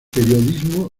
periodismo